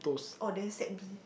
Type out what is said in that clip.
oh then set B